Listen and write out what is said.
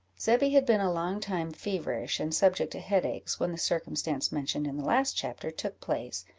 zebby had been a long time feverish and subject to headaches, when the circumstance mentioned in the last chapter took place,